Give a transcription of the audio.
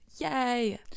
Yay